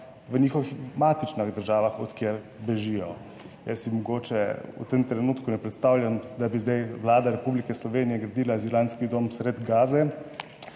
v njihovih matičnih državah, od kjer bežijo. Jaz si mogoče v tem trenutku ne predstavljam, da bi zdaj Vlada Republike Slovenije gradila azilantski dom sredi Gaze,